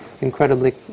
incredibly